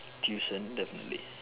tuition the is